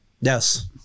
Yes